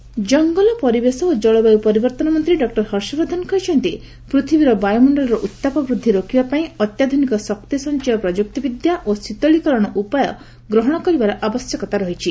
environment କଙ୍ଗଲ ପରିବେଶ ଓ ଜଳବାୟୁ ପରିବର୍ତ୍ତନ ମନ୍ତ୍ରୀ ଡକ୍କର ହର୍ଷବର୍ଦ୍ଧନ କହିଛନ୍ତି ପୃଥିବୀର ବାୟୁମଣ୍ଡଳର ଉତ୍ତାପ ବୃଦ୍ଧି ରୋକିବାପାଇଁ ଅତ୍ୟାଧୁନିକ ଶକ୍ତି ସଞ୍ଚୟ ପ୍ରଯୁକ୍ତି ବିଦ୍ୟା ଓ ଶୀତଳୀକରଣ ଉପାୟ ଗ୍ରହଣ କରିବାର ଆବଶ୍ୟକତା ରହିଛି